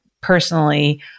personally